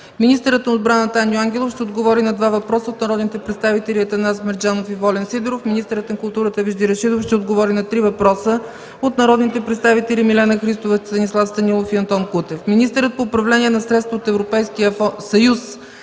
Министърът на отбраната Аню Ангелов ще отговори на два въпроса от народните представители Атанас Мерджанов и Волен Сидеров. Министърът на културата Вежди Рашидов ще отговори на три въпроса от народните представители Милена Христова, Станислав Станилов и Антон Кутев. Министърът по управление на средствата от Европейския съюз